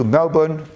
Melbourne